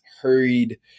hurried